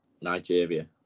Nigeria